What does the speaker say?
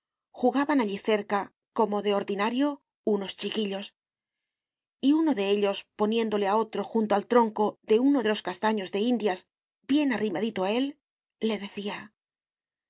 jugaban allí cerca como de ordinario unos chiquillos y uno de ellos poniéndole a otro junto al tronco de uno de los castaños de indias bien arrimadito a él le decía